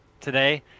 today